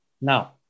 Now